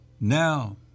now